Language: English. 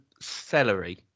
celery